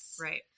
right